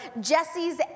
Jesse's